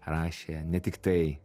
rašė ne tiktai